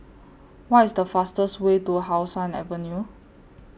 What IS The fastest Way to How Sun Avenue